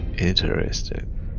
interesting